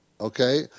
okay